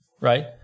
right